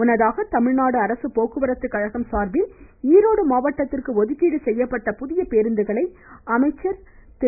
முன்னதாக தமிழ்நாடு அரசு போக்குவரத்துக்கழகம் சார்பில் ஈரோடு மாவட்டத்திற்கு ஒதுக்கீடு செய்யப்பட்ட புதிய பேருந்துகளை அமைச்சர் திரு